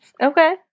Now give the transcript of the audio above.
Okay